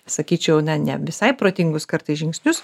sakyčiau ne ne visai protingus kartais žingsnius